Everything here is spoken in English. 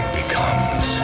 becomes